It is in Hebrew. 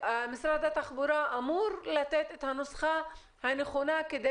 משרד התחבורה אמור לתת את הנוסחה הנכונה כדי